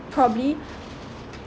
probably